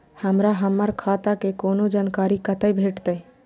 हमरा हमर खाता के कोनो जानकारी कतै भेटतै?